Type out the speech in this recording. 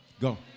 Go